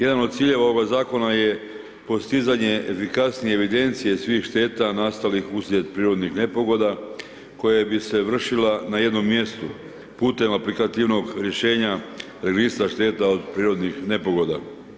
Jedan od ciljeva ovoga zakona je postizanje efikasnije evidencije svih šteta, nastali uslijed prirodnih nepogoda, koja bi se vršila na jednom mjestu, putem aplikativnog rješenja registra … od prirodnih nepogoda.